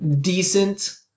decent